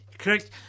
Correct